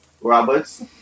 Roberts